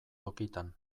tokitan